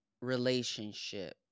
relationship